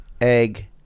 egg